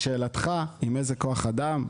לשאלתך עם איזה כוח אדם,